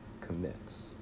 commits